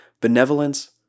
benevolence